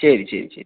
ശരി ശരി ശരി